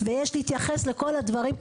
ויש להתייחס לכל הדברים,